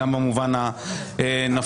גם במובן הנפשי.